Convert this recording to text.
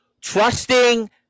trusting